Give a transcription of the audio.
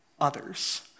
others